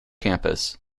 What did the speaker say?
campus